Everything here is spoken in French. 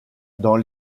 dans